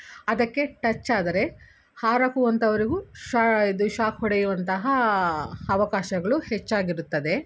ಅದಕ್ಕೆ ಟಚ್ ಆದರೆ ಹಾರಾಕುವಂಥವರಿಗೂ ಶೋ ಇದು ಶಾಕ್ ಹೊಡೆಯುವಂತಹ ಅವಕಾಶಗಳು ಹೆಚ್ಚಾಗಿರುತ್ತದೆ